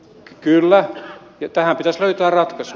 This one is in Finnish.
kyllä tähän pitäisi löytää ratkaisu